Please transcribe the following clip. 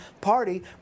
party